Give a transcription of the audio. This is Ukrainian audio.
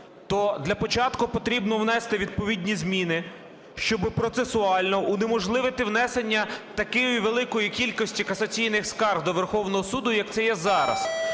то для початку потрібно внести відповідні зміни, щоб процесуально унеможливити внесення такої великої кількості касаційних скарг до Верховного Суду, як це є зараз.